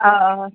آ آ